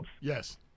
Yes